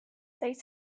they